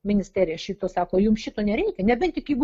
ministerija šito sako jum šito nereikia nebent tik jeigu